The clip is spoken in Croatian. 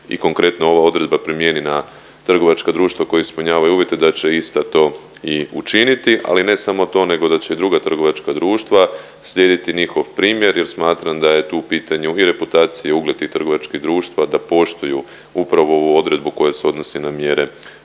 i konkretno ova odredba primijeni na trgovačka društva koja ispunjavaju uvjete, da će ista to i učiniti. Ali ne samo to, nego da će i druga trgovačka društva slijediti njihov primjer jer smatram da je tu u pitanju i reputacija, ugled tih trgovačkih društva da poštuju upravo ovu odredbu koje se odnose na mjere rodne